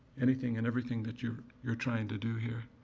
anything and everything that you're you're trying to do here